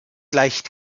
leicht